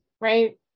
right